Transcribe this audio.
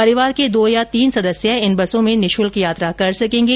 परिवार के दो या तीन सदस्य इन बसों में निशुल्क यात्रा कर सकेंगे